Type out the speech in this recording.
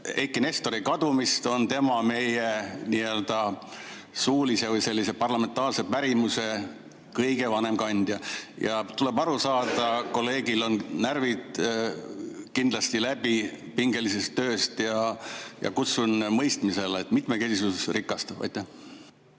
Eiki Nestori kadumist on tema meie nii-öelda suulise või sellise parlamentaarse pärimuse kõige vanem kandja. Tuleb aru saada, kolleegil on närvid kindlasti läbi pingelisest tööst. Kutsun üles mõistmisele – mitmekesisus rikastab.